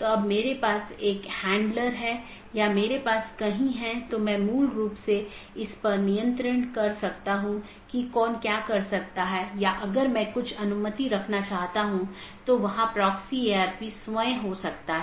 सहकर्मी के लिए विशेष कनेक्शन बंद हो जाता है और संसाधन जो उसे आवंटित किये गए थे छोड़ दिए जाते हैं